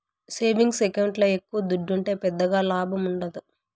savings ఎకౌంట్ల ఎక్కవ దుడ్డుంటే పెద్దగా లాభముండదు